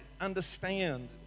understand